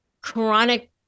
chronic